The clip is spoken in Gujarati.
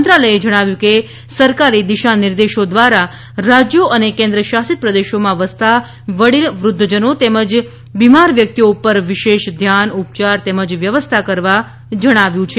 મંત્રાલયે જણાવ્યું છે કે સરકારે દિશા નિર્દેશો ધ્વારા રાજયો અને કેન્દ્ર શાસિત પ્રદેશોમાં વસતા વડીલ વૃધ્ધજનો તેમજ બિમાર વ્યકિતઓ પર વિશેષ ધ્યાન ઉપયાર તેમજ વ્યવસ્થા કરવા જણાવ્યું છે